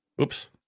oops